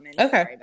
Okay